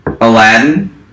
Aladdin